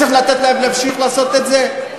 צריך לתת להם להמשיך לעשות את זה?